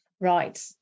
right